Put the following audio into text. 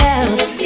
out